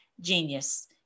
genius